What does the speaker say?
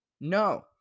No